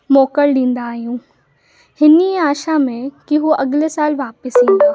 मोकिल ॾींदा आहियूं हिन ई आशा में की उहो अॻले साल वापसि ईंदा